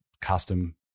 custom